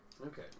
Okay